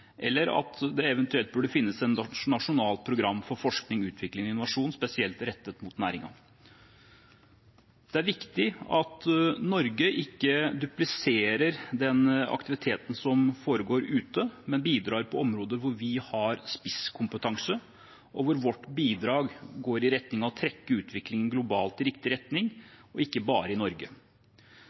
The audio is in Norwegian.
eller at det eventuelt burde finnes et nasjonalt program for forskning, utvikling og innovasjon spesielt rettet mot næringen. Det er viktig at Norge ikke dupliserer den aktiviteten som foregår ute, men bidrar på områder hvor vi har spisskompetanse, og hvor vårt bidrag går i retning av å trekke utviklingen globalt i riktig retning – ikke bare i Norge.